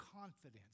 confidence